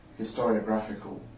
historiographical